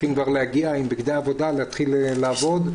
צריכים להגיע עם בגדי עבודה, להתחיל לעבוד...